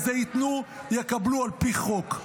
ייתנו, יקבלו, על פי חוק.